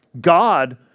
God